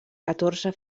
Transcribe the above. catorze